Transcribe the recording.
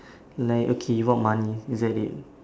like okay you want money is that it